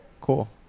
cool